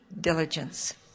diligence